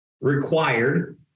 required